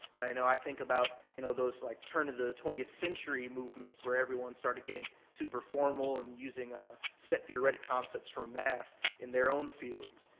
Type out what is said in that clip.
i know i think about you know those, like turn of the twentieth century movements where everyone started getting super formal and using a set theoretic concepts for math in their own fields.